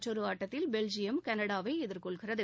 மற்றொரு ஆட்டத்தில் பெல்ஜியம் கனடாவை எதிர்கொள்கிறது